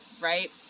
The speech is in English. right